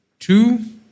Two